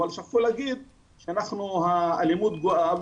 אבל שכחו להגיד שאנחנו האלימות גואה,